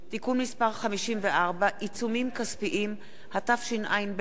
54) (עיצומים כספיים), התשע"ב 2012,